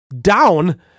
down